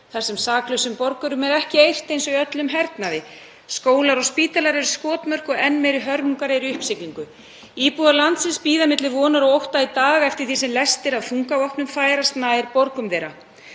þar sem saklausum borgurum er ekki eirt eins í öllum hernaði. Skólar og spítalar eru skotmörk og enn meiri hörmungar eru í uppsiglingu. Íbúar landsins bíða milli vonar og ótta í dag eftir því sem lestir af þungavopnum færast nær borgum þeirra.